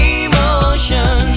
emotion